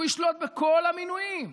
והוא ישלוט בכל המינויים,